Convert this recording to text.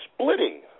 splitting